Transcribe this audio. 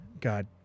god